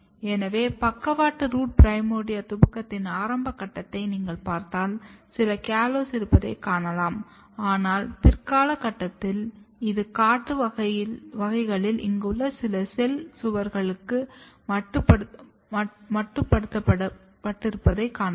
எனவே பக்கவாட்டு root primordia துவக்கத்தின் ஆரம்ப கட்டத்தை நீங்கள் பார்த்தால் சில கால்சோஸ் இருப்பதைக் காணலாம் ஆனால் பிற்கால கட்டத்தில் இது காட்டு வகைகளில் இங்குள்ள சில செல் சுவர்களுக்கு மட்டுப்படுத்தப்பட்டிருப்பதைக் காணலாம்